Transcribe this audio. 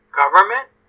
government